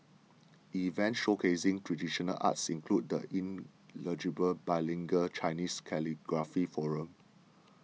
events showcasing traditional arts include the inaugural bilingual Chinese calligraphy forum